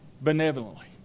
benevolently